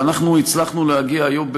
ואנחנו הצלחנו להגיע היום,